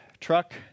truck